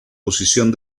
posición